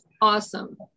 Awesome